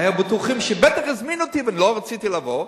היו בטוחים שהזמינו אותי ולא רציתי לבוא,